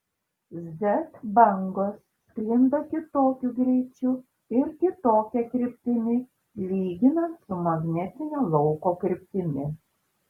z bangos sklinda kitokiu greičiu ir kitokia kryptimi lyginant su magnetinio lauko kryptimi